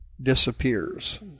disappears